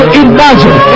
imagine